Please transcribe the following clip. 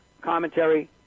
commentary